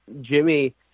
Jimmy